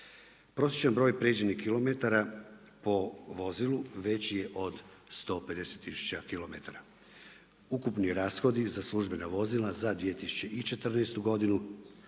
Prosječni broj prijeđenih kilometara po vozilu već je od 150 tisuća kilometara. Ukupni rashodi za službena vozila za 2014. godinu